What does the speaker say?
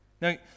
Now